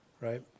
Right